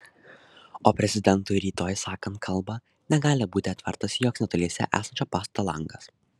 o prezidentui rytoj sakant kalbą negali būti atvertas joks netoliese esančio pastato langas